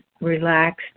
relaxed